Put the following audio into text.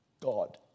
God